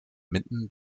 mitten